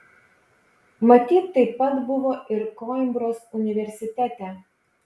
matyt taip pat buvo ir koimbros universitete